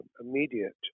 immediate